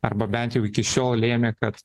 arba bent jau iki šiol lėmė kad